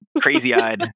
crazy-eyed